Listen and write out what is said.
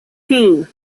team